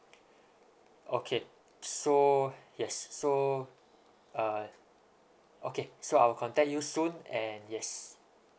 okay so yes so uh okay so I'll contact you soon and yes